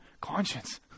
conscience